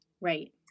Right